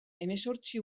hemezortzi